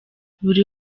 buri